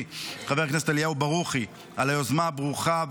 חבר הכנסת אליהו ברוכי על היוזמה הברוכה,